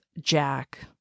Jack